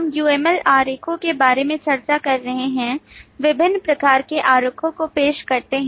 हम UML आरेखों के बारे में चर्चा कर रहे हैं विभिन्न प्रकार के आरेखों को पेश करते हैं